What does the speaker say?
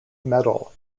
medal